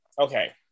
okay